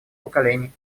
поколений